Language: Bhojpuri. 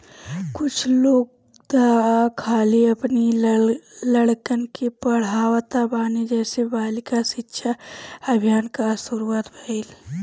कुछ लोग तअ खाली अपनी लड़कन के पढ़ावत बाने जेसे बालिका शिक्षा अभियान कअ शुरुआत भईल